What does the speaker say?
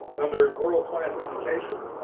under world class education,